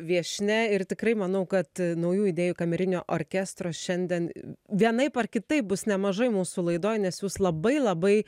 viešnia ir tikrai manau kad naujų idėjų kamerinio orkestro šiandien vienaip ar kitaip bus nemažai mūsų laidoj nes jūs labai labai